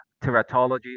Teratology